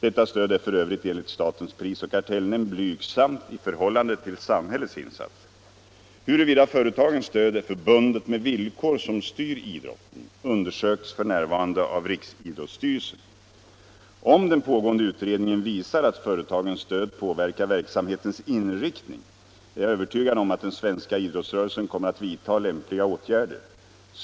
Detta stöd är för övrigt enligt statens prisoch kartellnämnd blygsamt i förhållande till samhällets insatser. Huruvida företagens stöd är förbundet med villkor som styr idrotten undersöks f.n. av riksidrottsstyrelsen. Om den pågående utredningen visar att företagens stöd påverkar verksamhetens inriktning är jag övertygad om att den svenska idrottsrörelsen kommer att vidta lämpliga åtgärder.